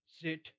Sit